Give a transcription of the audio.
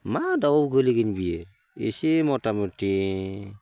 मा दाउ गोग्लैगोन बियो एसे मथामथि